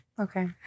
Okay